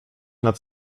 nad